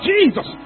Jesus